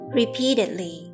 repeatedly